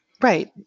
Right